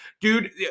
Dude